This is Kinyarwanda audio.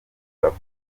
bapfa